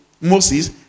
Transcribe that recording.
Moses